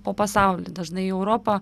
po pasaulį dažnai į europą